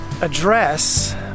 address